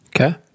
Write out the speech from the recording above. Okay